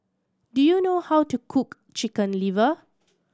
do you know how to cook Chicken Liver